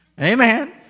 Amen